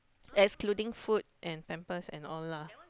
excluding food and pampers and all lah